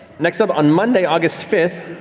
next up, on monday, august fifth,